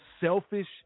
selfish